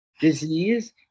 disease